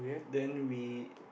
then we